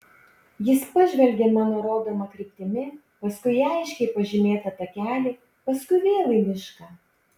jis pažvelgė mano rodoma kryptimi paskui į aiškiai pažymėtą takelį paskui vėl į mišką